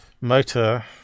motor